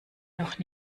noch